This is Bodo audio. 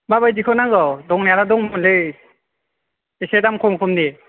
माबायदिखौ नांगौ दंनायालाय दंमोनलै एसे दाम खमनि